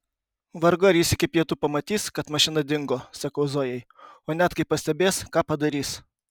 vargu ar jis iki pietų pamatys kad mašina dingo sakau zojai o net kai pastebės ką padarys